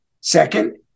Second